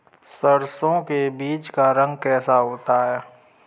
सरसों के बीज का रंग कैसा होता है?